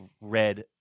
read